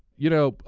you know,